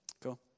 Cool